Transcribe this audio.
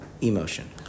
Emotion